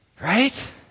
Right